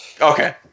Okay